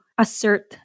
assert